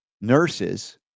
nurses